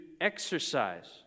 exercise